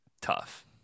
tough